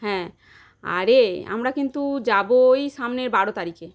হ্যাঁ আর এ আমরা কিন্তু যাবো ওই সামনের বারো তারিখে